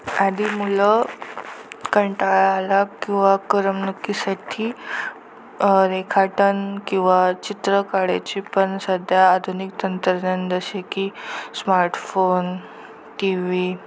आधी मुलं कंटाळा आला किंवा करमणुकीसाठी रेखाटन किंवा चित्र काढायची पण सध्या आधुनिक तंत्रज्ञान जसे की स्मार्टफोन टी व्ही